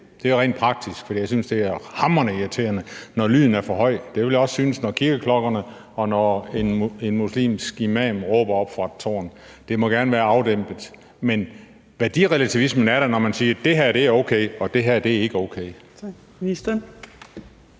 Det er rent praktisk, for jeg synes, det er hamrende irriterende, når lyden er for høj. Det ville jeg også synes om kirkeklokkerne, og når en muslimsk imam råber oppe fra et tårn. Det må gerne være afdæmpet. Men værdirelativisme er da, når man siger: Det her er okay, og det her er ikke okay.